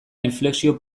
inflexio